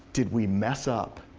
did we mess up?